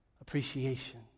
appreciation